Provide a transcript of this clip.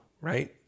right